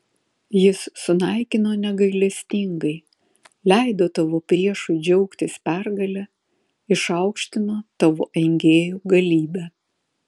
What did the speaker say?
jis sunaikino negailestingai leido tavo priešui džiaugtis pergale išaukštino tavo engėjų galybę